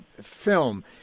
film